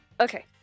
okay